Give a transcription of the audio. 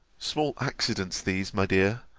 small accidents these, my dear,